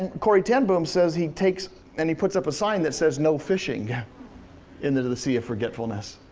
and corrie ten boom says he takes and he puts up a sign that says no fishing into the sea of forgetfulness.